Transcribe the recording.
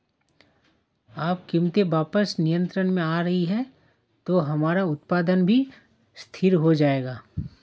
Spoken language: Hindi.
अब कीमतें वापस नियंत्रण में आ रही हैं तो हमारा उत्पादन भी स्थिर हो जाएगा